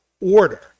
order